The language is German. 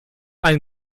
ein